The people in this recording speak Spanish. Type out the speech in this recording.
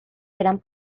eran